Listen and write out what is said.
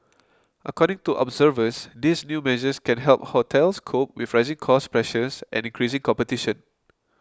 according to observers these new measures can help hotels cope with rising cost pressures and increasing competition